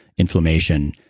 inflammation,